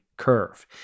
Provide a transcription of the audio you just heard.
curve